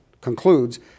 concludes